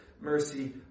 mercy